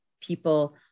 people